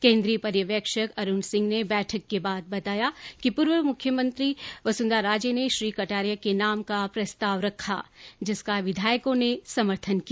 केन्द्रीय पर्यवेक्षक अरूण सिंह ने बैठक के बाद बताया कि पूर्व मुख्यमंत्री वसुंधरा राजे ने श्री कटारिया के नाम का प्रस्ताव रखा जिसका विधायकों ने समर्थन किया